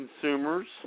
consumers